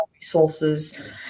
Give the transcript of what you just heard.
resources